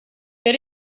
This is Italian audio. per